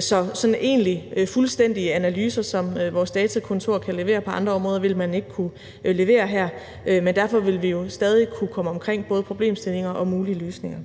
så sådan egentlige fuldstændige analyser, som vores datakontor kan levere på andre områder, vil man ikke kunne levere her. Men vi vil jo stadig kunne komme omkring både problemstillinger og mulige løsninger.